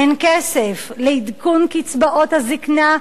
אין כסף, לעדכון קצבאות הזיקנה,